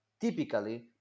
typically